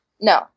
No